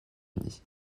unis